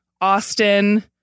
Austin